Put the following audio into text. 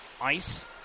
ice